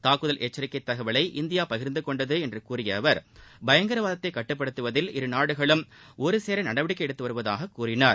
தாக்குதல் எச்சரிக்கை தகவலை இந்தியா பகிர்ந்து கொண்டது என்று கூறிய அவர் பயங்கரவாதத்தை கட்டுபடுத்துவதில் இரு நாடுகளும் ஒருசேர நடவடிக்கை எடுத்து வருவதாக அவர் கூறினார்